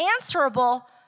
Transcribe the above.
answerable